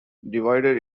divided